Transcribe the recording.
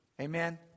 Amen